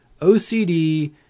OCD